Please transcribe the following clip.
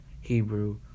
Hebrew